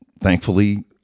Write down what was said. Thankfully